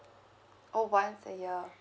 oh once a year